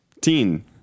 Teen